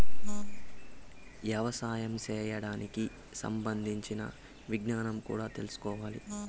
యవసాయం చేయడానికి సంబంధించిన విజ్ఞానం కూడా తెల్సుకోవాలి